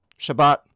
Shabbat